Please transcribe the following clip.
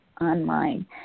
online